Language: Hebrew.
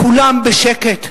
כולם בשקט,